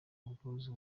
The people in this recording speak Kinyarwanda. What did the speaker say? ubwuzu